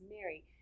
Mary